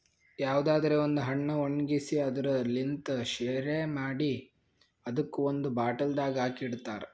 ಯಾವುದರೆ ಒಂದ್ ಹಣ್ಣ ಒಣ್ಗಿಸಿ ಅದುರ್ ಲಿಂತ್ ಶೆರಿ ಮಾಡಿ ಅದುಕ್ ಒಂದ್ ಬಾಟಲ್ದಾಗ್ ಹಾಕಿ ಇಡ್ತಾರ್